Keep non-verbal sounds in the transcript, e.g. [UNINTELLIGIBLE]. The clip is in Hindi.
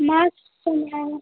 मास्क तो [UNINTELLIGIBLE] है